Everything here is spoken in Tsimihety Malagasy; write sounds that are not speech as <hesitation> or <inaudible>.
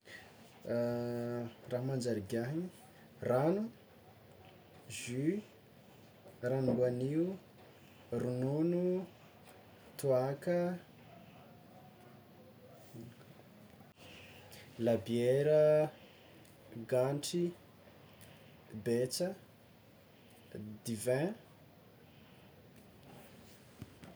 <hesitation> Raha manjary higiahana: rano, jus, ranom-boanio, ronono, toàka, labiera, gantry, betsa, divin.